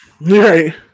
Right